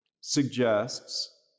suggests